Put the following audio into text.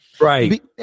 Right